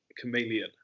chameleon